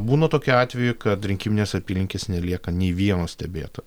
būna tokių atvejų kad rinkiminės apylinkės nelieka nei vieno stebėto